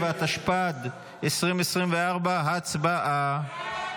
37), התשפ"ד 2024. הצבעה.